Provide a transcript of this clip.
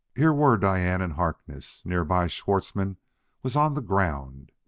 here were diane and harkness! nearby schwartzmann was on the ground!